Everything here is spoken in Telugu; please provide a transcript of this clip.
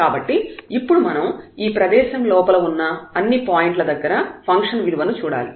కాబట్టి ఇప్పుడు మనం ఈ ప్రదేశం లోపల ఉన్న అన్ని పాయింట్ ల దగ్గర ఫంక్షన్ విలువను చూడాలి